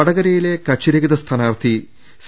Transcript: വടകരയിലെ കക്ഷി രഹിത സ്ഥാനാർത്ഥി സി